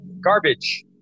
Garbage